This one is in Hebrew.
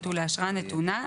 כן.